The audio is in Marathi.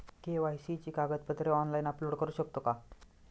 के.वाय.सी ची कागदपत्रे ऑनलाइन अपलोड करू शकतो का?